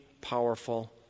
powerful